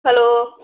hello